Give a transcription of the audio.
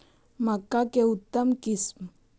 मक्का के उतम किस्म?